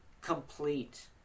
complete